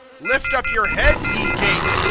lift up your heads, ye gates,